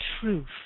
truth